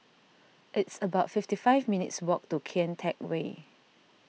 it's about fifty five minutes' walk to Kian Teck Way